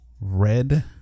Red